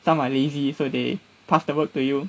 some are lazy so they pass the work to you